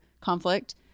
conflict